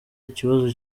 ikibazo